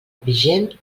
vigent